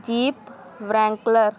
jeep wrangler